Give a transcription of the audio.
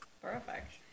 Perfect